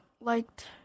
liked